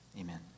Amen